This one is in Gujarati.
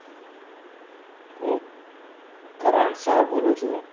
હું કરણ શાહ બોલું છું